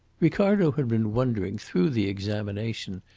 ricardo had been wondering, through the examination,